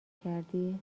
کردی